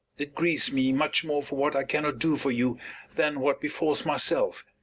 it grieves me much more for what i cannot do for you than what befalls myself.